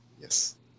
yes